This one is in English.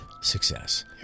success